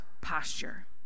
posture